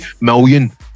Million